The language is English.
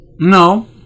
No